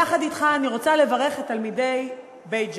יחד אתך אני רוצה לברך את תלמידי בית-ג'ן,